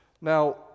Now